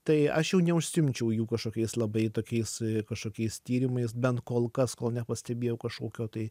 tai aš jau neužsiimčiau jų kažkokiais labai tokiais kažkokiais tyrimais bent kol kas kol nepastebėjau kažkokio tai